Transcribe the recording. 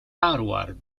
harvard